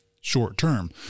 short-term